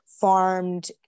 farmed